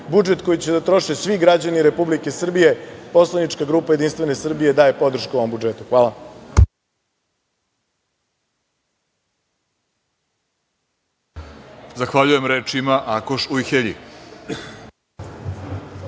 budžet koji će da troše svi građani Republike Srbije, poslanička grupa JS daje podršku ovom budžetu. Hvala.